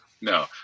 No